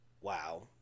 wow